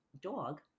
dog